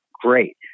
great